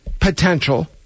potential